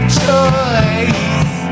choice